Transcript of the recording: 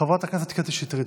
חברת הכנסת קטי שטרית,